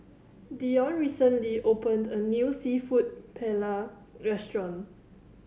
Deon recently opened a new Seafood Paella Restaurant